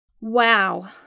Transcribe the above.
Wow